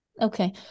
Okay